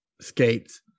skates